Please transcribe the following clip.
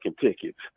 tickets